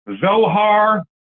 Zohar